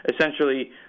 Essentially